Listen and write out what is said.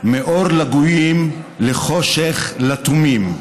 / מאור לגויים לחושך לתומים.